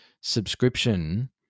subscription